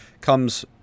comes